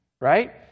right